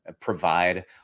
provide